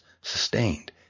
sustained